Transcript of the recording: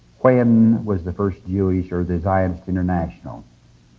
when was the first jewish, or the zionist international?